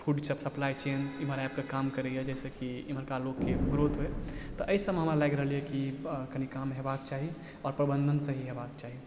food supply chain एमहर आबि कऽ काम करैया जाहिसँ कि एमहरका लोकके ग्रोथ होइ तऽ एहि सबमे हमरा लागि रहल यऽ कि कनी काम हेबाक चाही आओर प्रबंधनसँ ही हेबाक चाही